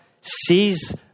sees